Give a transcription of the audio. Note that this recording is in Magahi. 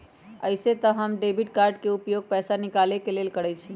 अइसे तऽ हम डेबिट कार्ड के उपयोग पैसा निकाले के लेल करइछि